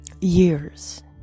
years